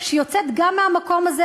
שיוצאת גם מהמקום הזה,